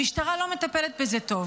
המשטרה לא מטפלת בזה טוב.